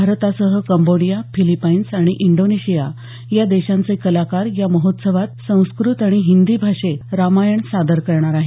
भारतासह Cambodia Philippines आणि Indonesia या देशांचे कलाकार या महोत्सवात संस्कृत आणि हिंदी भाषेत रामायण सादर करणार आहेत